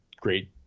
great